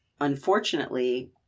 unfortunately